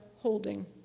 holding